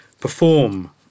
perform